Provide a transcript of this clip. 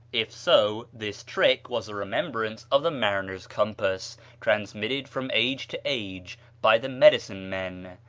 if so, this trick was a remembrance of the mariner's compass transmitted from age to age by the medicine men.